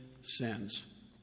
sins